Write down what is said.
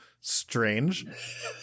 strange